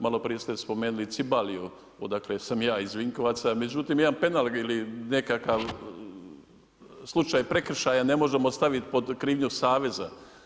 Maloprije ste spomenuli i Cibaliju, odakle sam ja iz Vinkovaca, međutim, jedan penal ili nekakav slučaj prekršaja ne možemo staviti pod krivnju saveza.